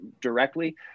directly